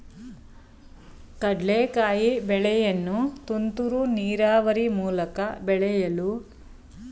ಕಡ್ಲೆಕಾಯಿ ಬೆಳೆಯನ್ನು ತುಂತುರು ನೀರಾವರಿ ಮೂಲಕ ಬೆಳೆಯಲು ಸಾಧ್ಯವೇ?